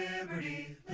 liberty